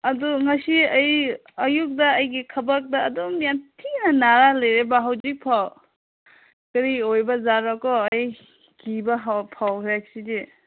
ꯑꯗꯨ ꯉꯁꯤ ꯑꯩ ꯑꯌꯨꯛꯇ ꯑꯩꯒꯤ ꯊꯕꯥꯛꯇ ꯑꯗꯨꯝ ꯌꯥꯝ ꯊꯤꯟ ꯅꯥꯔꯒ ꯂꯩꯔꯦꯕ ꯍꯧꯖꯤꯛꯐꯥꯎ ꯀꯔꯤ ꯑꯣꯏꯕ ꯖꯥꯔꯀꯣ ꯑꯩ ꯀꯤꯕ ꯐꯥꯎꯔꯦ ꯑꯁꯤꯗꯤ